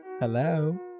Hello